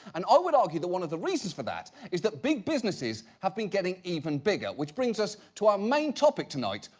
and i would argue that one of the reasons for that, is that big businesses, have been getting even bigger, which brings us to our main topic tonight,